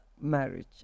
marriage